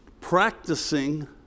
practicing